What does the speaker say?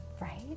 Right